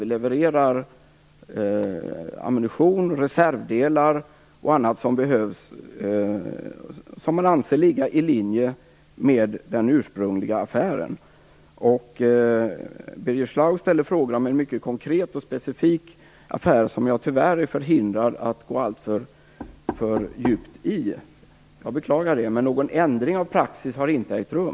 Vi levererar ammunition, reservdelar och annat som behövs och som man anser ligga i linje med den ursprungliga affären. Birger Schlaug ställde frågor om en mycket konkret och specifik affär, som jag tyvärr är förhindrad att gå alltför djupt in i. Jag beklagar det, men någon ändring av praxis har inte ägt rum.